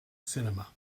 cinema